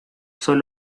son